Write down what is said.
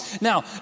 Now